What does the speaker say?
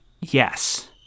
Yes